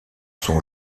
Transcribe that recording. son